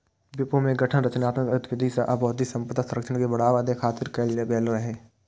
विपो के गठन रचनात्मक गतिविधि आ बौद्धिक संपदा संरक्षण के बढ़ावा दै खातिर कैल गेल रहै